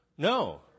No